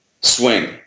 swing